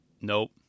Nope